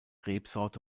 rebsorte